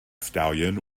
stallion